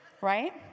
right